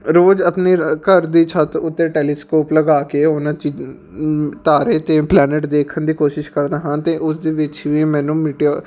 ਰੋਜ਼ ਆਪਣੇ ਘਰ ਦੀ ਛੱਤ ਉੱਤੇ ਟੈਲੀਸਕੋਪ ਲਗਾ ਕੇ ਉਹਨਾਂ ਚੀ ਤਾਰੇ ਅਤੇ ਪਲੈਨਟ ਦੇਖਣ ਦੀ ਕੋਸ਼ਿਸ਼ ਕਰਦਾ ਹਾਂ ਅਤੇ ਉਸਦੇ ਵਿੱਚ ਵੀ ਮੈਨੂੰ ਮਿਟੇਔਰ